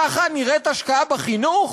ככה נראית השקעה בחינוך?